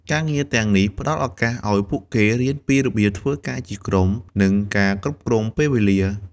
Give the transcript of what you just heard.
ការងារទាំងនេះផ្ដល់ឱកាសឱ្យពួកគេរៀនពីរបៀបធ្វើការជាក្រុម និងការគ្រប់គ្រងពេលវេលា។